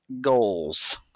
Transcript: goals